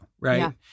right